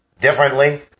differently